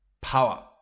power